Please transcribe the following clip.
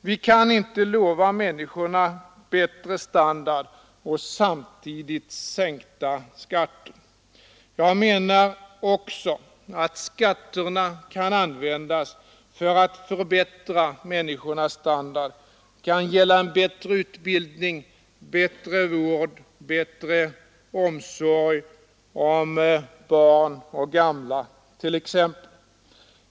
Vi kan inte lova människorna bättre standard och samtidigt sänkta skatter. Jag menar också att skatterna kan användas för att förbättra människornas standard. Det kan t.ex. gälla bättre utbildning, bättre vård, bättre omsorg om barn och gamla.